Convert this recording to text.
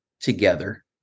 together